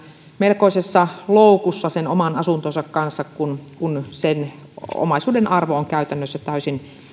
melkoisessa loukussa sen oman asuntonsa kanssa kun kun sen omaisuuden arvo on käytännössä täysin